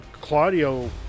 Claudio